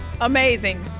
Amazing